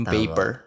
paper